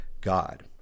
God